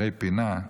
שערי פינה,